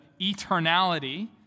eternality